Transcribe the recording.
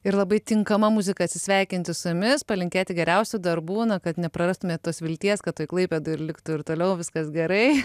ir labai tinkama muzika atsisveikinti su jumis palinkėti geriausių darbų na kad neprarastumėt tos vilties kad klaipėdoj ir liktų ir toliau viskas gerai